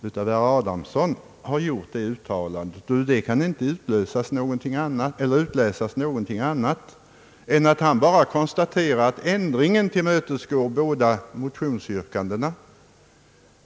Ur herr Adamssons yttrande kan inte utläsas någonting annat än att han konstaterar att ändringen tillmötesgår båda motionsyrkandena.